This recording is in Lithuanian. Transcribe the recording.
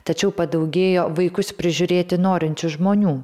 tačiau padaugėjo vaikus prižiūrėti norinčių žmonių